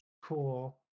Cool